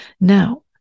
Now